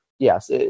Yes